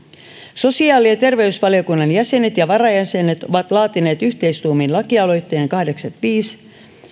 sosiaali ja terveysvaliokunnan jäsenet ja varajäsenet ovat laatineet yhteistuumin lakialoitteen kahdeksankymmentäviisi